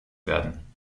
werden